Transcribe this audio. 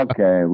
Okay